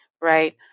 right